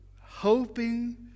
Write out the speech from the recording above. hoping